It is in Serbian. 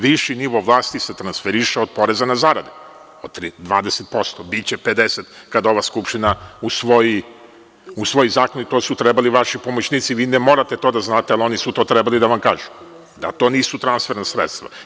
Viši nivo vlasti se transferiše od poreza na zarade, od 20%, biće 50 kad ova Skupština usvoji zakon, i to su trebali vaši pomoćnici, vi ne morate to da znate, ali oni su trebali da vam kažu da to nisu transferna sredstva.